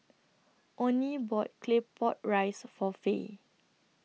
Onie bought Claypot Rice For Fay